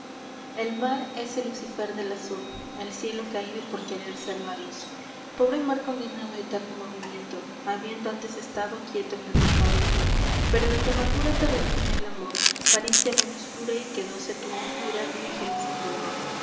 g l mar es e el lucifer del azul el cielo caído por querer ser la luz pobre mar condenado a eterno movimiento habiendo antes estado quieto en el firmamento pero de tu amargura te redimió el amor pariste a venus pura y quedóse tu hondura virgen y sin dolor